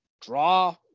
draw